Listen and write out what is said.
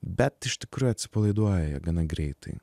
bet iš tikrųjų atsipalaiduoja jie gana greitai